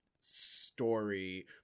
story